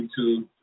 YouTube